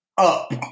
up